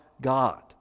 God